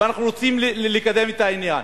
ואנחנו רוצים לקדם את העניין.